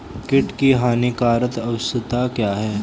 कीट की हानिकारक अवस्था क्या है?